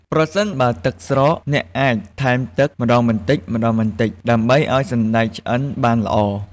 ប្រសិនបើទឹកស្រក អ្នកអាចថែមទឹកម្ដងបន្តិចៗ ដើម្បីឱ្យសណ្ដែកឆ្អិនបានល្អ។